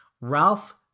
Ralph